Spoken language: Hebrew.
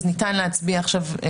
אז ניתן להצביע עכשיו.